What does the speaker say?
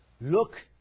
Look